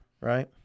Right